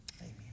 Amen